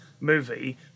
movie